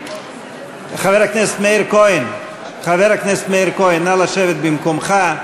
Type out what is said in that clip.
חבר הכנסת מאיר כהן, נא לשבת במקומך,